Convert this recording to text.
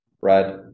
right